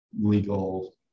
legal